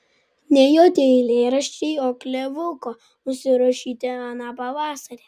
ne jo tie eilėraščiai o klevuko nusirašyti aną pavasarį